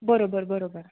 बरोबर